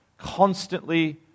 Constantly